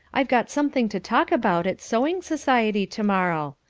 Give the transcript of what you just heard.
i've got something to talk about at sewing society to-morrow.